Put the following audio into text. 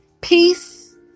peace